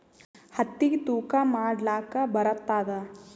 ಹತ್ತಿಗಿ ತೂಕಾ ಮಾಡಲಾಕ ಬರತ್ತಾದಾ?